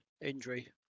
injury